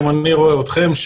גם אני רואה אתכם,